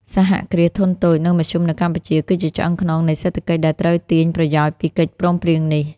សហគ្រាសធុនតូច និងមធ្យមនៅកម្ពុជា គឺជាឆ្អឹងខ្នងនៃសេដ្ឋកិច្ចដែលត្រូវទាញប្រយោជន៍ពីកិច្ចព្រមព្រៀងនេះ។